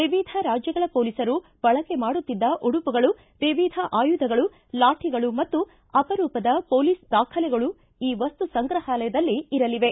ವಿವಿಧ ರಾಜ್ಯಗಳ ಪೊಲೀಸರು ಬಳಕೆ ಮಾಡುತ್ತಿದ್ದ ಉಡುಪುಗಳು ವಿವಿಧ ಆಯುಧಗಳು ಲಾತಿಗಳು ಮತ್ತು ಅಪರೂಪದ ಪೊಲೀಸ್ ದಾಖಲೆಗಳೂ ಈ ಮಸ್ತು ಸಂಗ್ರಹಾಲಯದಲ್ಲಿ ಇರಲಿವೆ